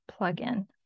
plugin